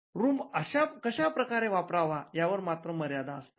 room कशा प्रकारे वापरावा यावर मात्र मर्यादा असतात